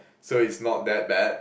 so it's not that bad